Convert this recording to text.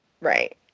Right